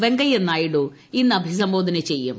വെങ്കയ്യനായിഡു ഇന്ന് അഭിസംബോധന ചെയ്യും